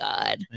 God